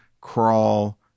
crawl